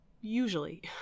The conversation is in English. usually